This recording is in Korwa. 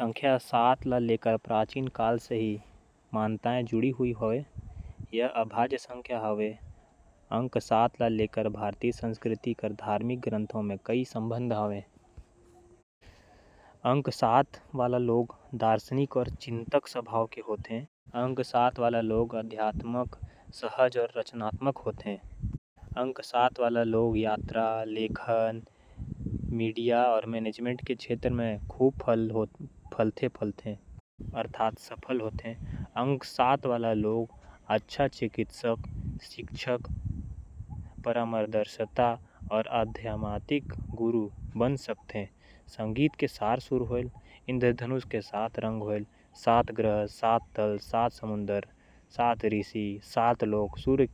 नंबर सात के कई धर्म अउ संस्कृति म महत्ता हावय। अंक शास्त्र म एला रहस्यमय अउ आध्यात्मिक माने जाथे। ये एक अभाज्य संख्या हावय जेला केवल एक अउ। स्वयं ले विभाज्य करे जा सकत हावय। नंबर सात के महत्ता । अंक शास्त्र म सात नंबर ल बहुत भाग्यशाली माने जाथे। अंक शास्त्र के मुताबिक जेन लोगन के सात नंबर हावय वो बहुत भाग्यशाली हावयं। सात नंबर ले जुड़े मान्यता प्राचीन काल ले हावय। वेद, पुराण, कुरान, अउ कई प्राचीन ग्रंथ म नंबर सात के उल्लेख हावय। नंबर सात ल रहस्य